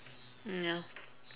mm ya